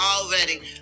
already